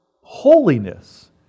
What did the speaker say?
holiness